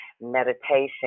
meditation